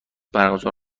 برگزار